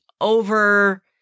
over